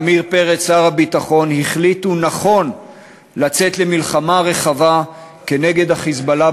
אומנם אתה לא יושב כאן,